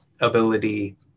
ability